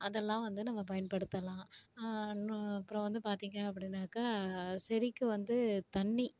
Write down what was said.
அதெல்லாம் வந்து நம்ம பயன்படுத்தலாம் அப்புறம் வந்து பார்த்திங்க அப்படினாக்கா செடிக்கு வந்து தண்ணி